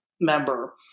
member